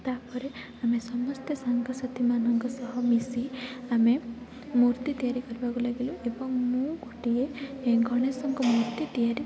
ତାପରେ ଆମେ ସମସ୍ତେ ସାଙ୍ଗ ସାଥିମାନଙ୍କ ସହ ମିଶି ଆମେ ମୂର୍ତ୍ତି ତିଆରି କରିବାକୁ ଲାଗିଲୁ ଏବଂ ମୁଁ ଗୋଟିଏ ଗଣେଶଙ୍କ ମୂର୍ତ୍ତି ତିଆରି